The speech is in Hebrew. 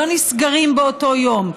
לא נסגרים באותו יום.